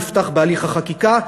נפתח בהליך החקיקה,